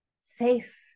safe